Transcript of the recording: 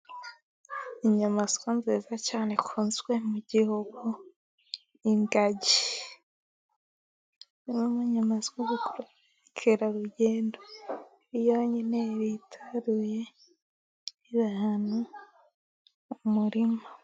Inyamaswa nziza cyane ikunzwe mu gihugu ingagi. Imwe mu nyamaswa zikurura ba mukerarugendo, iri yonyine yitaruye ahantu mu murima.